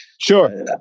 Sure